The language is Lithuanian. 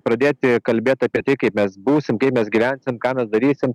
pradėti kalbėt apie tai kaip mes būsim kaip mes gyvensim ką mes darysim